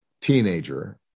teenager